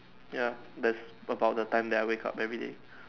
ya that's about the time that I wake up everyday